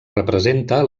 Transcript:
representa